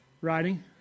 Riding